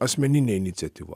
asmeninė iniciatyva